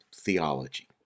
theology